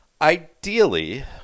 Ideally